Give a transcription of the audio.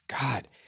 God